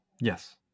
Yes